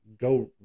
go